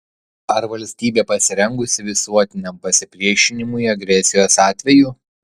ar valstybė pasirengusi visuotiniam pasipriešinimui agresijos atveju